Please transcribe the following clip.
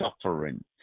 suffering